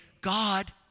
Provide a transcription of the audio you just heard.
God